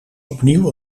opnieuw